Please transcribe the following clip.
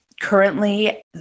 Currently